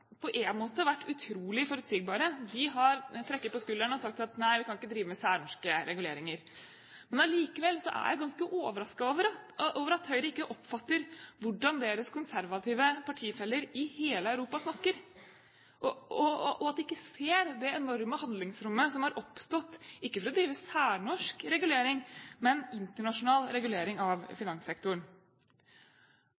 vært utrolig forutsigbare. De har trukket på skuldrene og sagt at nei, vi kan ikke drive med særnorske reguleringer. Allikevel er jeg ganske overrasket over at Høyre ikke oppfatter hvordan deres konservative partifeller i hele Europa snakker, og at de ikke ser det enorme handlingsrommet som har oppstått, ikke for å drive særnorsk regulering, men internasjonal regulering av